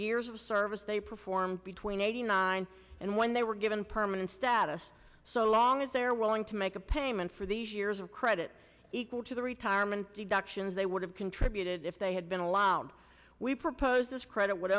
years of service they performed between eighty nine and when they were given permanent status so long as they're willing to make a payment for these years of credit equal to the retirement deductions they would have contributed if they had been allowed we proposed this credit would